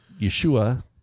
yeshua